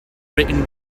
written